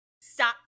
Stop